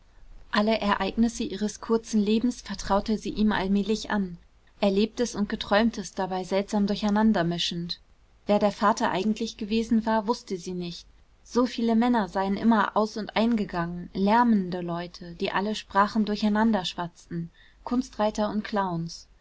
alle ereignisse ihres kurzen lebens vertraute sie ihm allmählich an erlebtes und geträumtes dabei seltsam durcheinander mischend wer der vater eigentlich gewesen war wußte sie nicht so viele männer seien immer aus und ein gegangen lärmende leute die alle sprachen durcheinander schwatzten kunstreiter und clowns